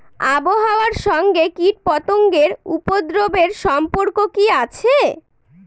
আবহাওয়ার সঙ্গে কীটপতঙ্গের উপদ্রব এর সম্পর্ক কি আছে?